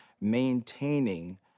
maintaining